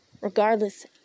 Regardless